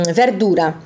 verdura